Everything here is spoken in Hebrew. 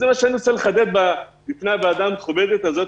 זה מה שאני מנסה לחדד בפני הוועדה המכובדת הזאת,